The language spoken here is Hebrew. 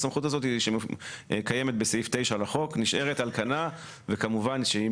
הסמכות הזאת שקיימת בסעיף 9 לחוק נשארת על כנה וכמובן שאם